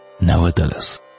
Nevertheless